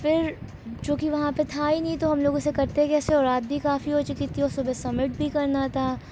پھر جو کہ وہاں پہ تھا ہی نہیں تو ہم لوگ اسے کرتے گئے اس سے اور رات بھی کافی ہو چکی تھی اور صبح سبمٹ بھی کرنا تھا